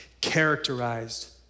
Characterized